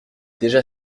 déjà